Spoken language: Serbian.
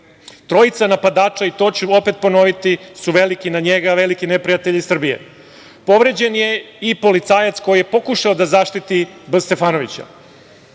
Trojica napadača, i to ću opet ponoviti, su veliki neprijatelji Srbije. Povređen je i policajac koji je pokušao da zaštiti B. Stefanovića.